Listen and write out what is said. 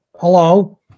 Hello